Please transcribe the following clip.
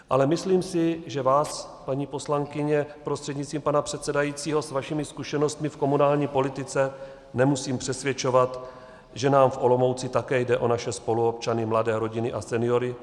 Ale myslím si, že vás, paní poslankyně prostřednictvím pana předsedajícího, s vašimi zkušenostmi v komunální politice nemusím přesvědčovat, že nám v Olomouci také jde o naše spoluobčany, mladé rodiny a seniory.